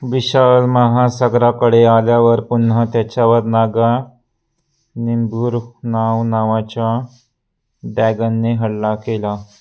विशाल महासागराकडे आल्यावर पुन्हा त्याच्यावर नागा निंबूरनाव नावाच्या दॅगनने हल्ला केला